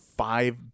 Five